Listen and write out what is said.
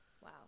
wow